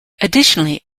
additionally